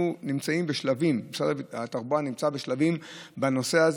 משרד התחבורה נמצא בשלבים בנושא הזה,